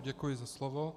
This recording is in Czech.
Děkuji za slovo.